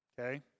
Okay